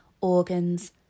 organs